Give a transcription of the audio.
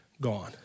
gone